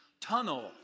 tunnel